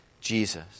Jesus